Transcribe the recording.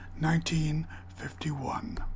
1951